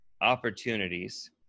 opportunities